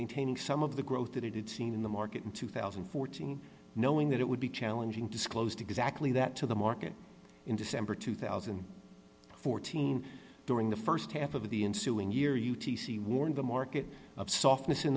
maintaining some of the growth that it had seen in the market in two thousand and fourteen knowing that it would be challenging disclosed exactly that to the market in december two thousand and fourteen during the st half of the ensuing year u t c warned the market of softness in